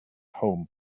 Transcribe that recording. home